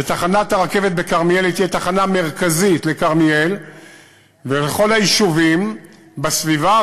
ותחנת הרכבת בכרמיאל תהיה תחנה מרכזית לכרמיאל ולכל היישובים בסביבה,